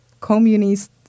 communist